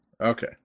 Okay